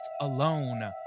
alone